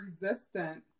resistant